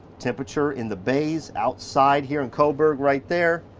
temperature in the bays, outside here in coburg, right there,